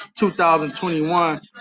2021